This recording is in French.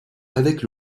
avec